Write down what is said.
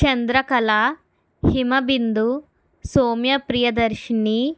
Chandrakala Himabindu Somya Priyadarshini